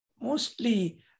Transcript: mostly